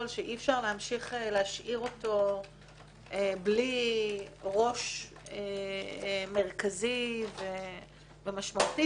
שאי אפשר להמשיך להשאיר אותו בלי ראש מרכזי ומשמעותי,